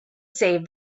save